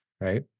right